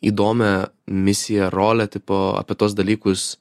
įdomią misiją rolę tipo apie tuos dalykus